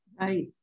Right